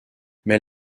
mais